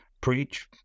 preach